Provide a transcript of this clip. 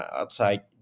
outside